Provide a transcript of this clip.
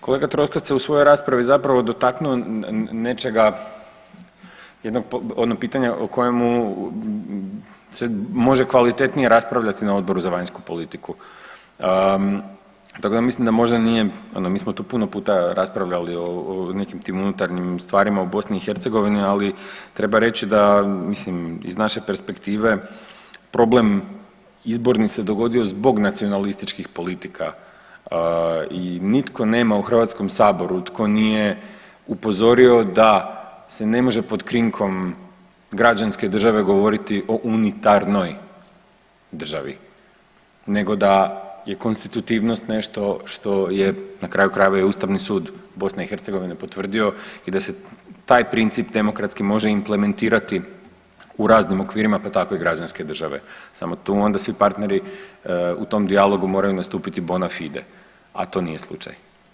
Kolega Troskot se u svojoj raspravi zapravo dotaknuo nečega, jednog pitanja o kojemu se može kvalitetnije raspravljati na Odboru za vanjsku politiku, tako da mislim da možda nije, ono mi smo tu puno puta raspravljali o nekim tim unutarnjim stvarima u Bosni i Hercegovini ali treba reći da, iz naše perspektive problem izborni se dogodio zbog nacionalističkih politika i nitko nema u Hrvatskom saboru tko nije upozorio da se ne može pod krinkom građanske države govoriti o unitarnoj državi, nego da je konstitutivnost nešto što je na kraju krajeva i Ustavni sud BiH potvrdio i da se taj princip demokratski može implementirati u raznim okvirima, pa tako i građanske države samo tu onda svi partneri u tom dijalogu moraju nastupiti bona fide, a to nije slučaj.